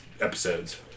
episodes